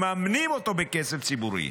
מממנים אותו בכסף ציבורי.